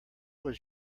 was